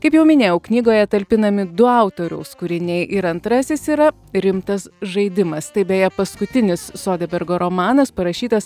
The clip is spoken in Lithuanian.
kaip jau minėjau knygoje talpinami du autoriaus kūriniai ir antrasis yra rimtas žaidimas tai beje paskutinis sodebergo romanas parašytas